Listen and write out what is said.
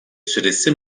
süresi